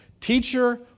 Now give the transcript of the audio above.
Teacher